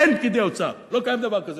אין פקידי אוצר, לא קיים דבר כזה.